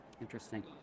Interesting